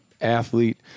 athlete